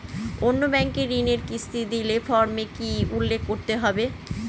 অন্য ব্যাঙ্কে ঋণের কিস্তি দিলে ফর্মে কি কী উল্লেখ করতে হবে?